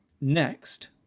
Next